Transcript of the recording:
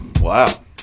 Wow